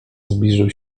zbliżył